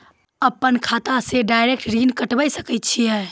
अपन खाता से डायरेक्ट ऋण कटबे सके छियै?